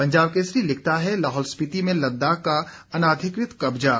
पंजाब केसरी लिखता है लाहौल स्पीति में लद्दाख का अनाधिकृत कब्जा